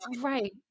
Right